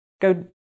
go